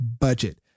budget